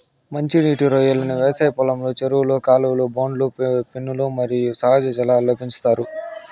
మంచి నీటి రొయ్యలను వ్యవసాయ పొలంలో, చెరువులు, కాలువలు, బోనులు, పెన్నులు మరియు సహజ జలాల్లో పెంచుతారు